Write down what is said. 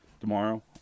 tomorrow